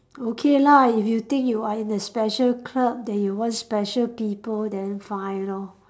okay lah if you think you are in a special club then you want special people then fine lor